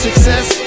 Success